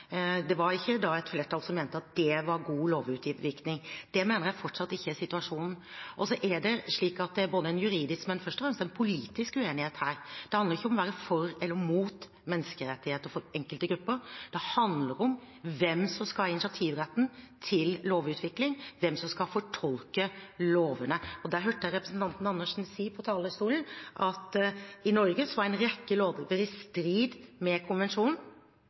Det var ikke da et flertall som mente at det var god lovutvikling. Det mener jeg fortsatt ikke er situasjonen. Så er det slik at det er en juridisk, men først og fremst en politisk uenighet her. Det handler ikke om å være for eller mot menneskerettigheter for enkelte grupper. Det handler om hvem som skal ha initiativretten til lovutvikling, hvem som skal fortolke lovene. Der hørte jeg representanten Andersen si på talerstolen at i Norge var en rekke lover i strid med konvensjonen,